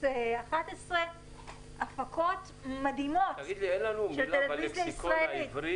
11. הפקות מדהימות בטלוויזיה הישראלית.